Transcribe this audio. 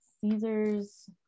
Caesars